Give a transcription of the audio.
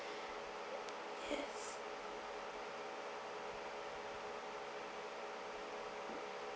yes